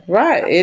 right